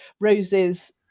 Rose's